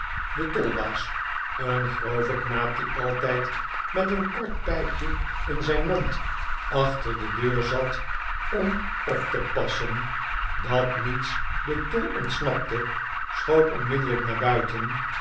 de tolbaas een grove knaap die altijd met een kort pijpje in zijn mond achter de deur zat om op te passen flat niets den tol ontsnapte schoot onmiddellijk naar buiten